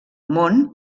món